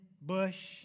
Bush